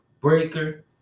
Breaker